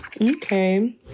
Okay